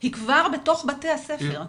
היא כבר בתוך בתי הספר.